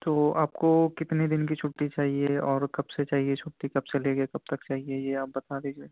تو آپ کو کتنے دن کی چھٹی چاہیے اور کب سے چاہیے چھٹی کب سے لے کے کب تک چاہیے یہ آپ بتا دیجیے